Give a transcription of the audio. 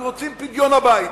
אנחנו רוצים פדיון הבית.